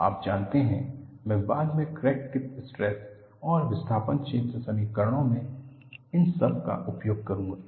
आप जानते हैं मैं बाद में क्रैक टिप स्ट्रेस और विस्थापन क्षेत्र समीकरणों में इस सब का उपयोग करूंगा